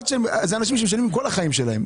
אלה אנשים שמשלמים במשך כל החיים שלהם.